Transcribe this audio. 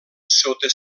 sota